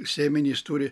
sėmenys turi